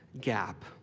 gap